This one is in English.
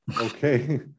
okay